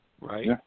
right